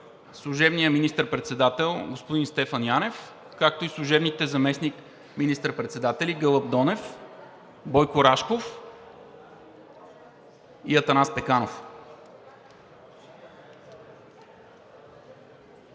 служебният министър-председател господин Стефан Янев, както и служебните заместник министър-председатели Гълъб Донев, Бойко Рашков и Атанас Пеканов.